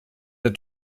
der